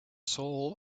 soul